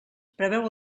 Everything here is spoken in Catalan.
preveu